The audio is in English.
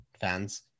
fans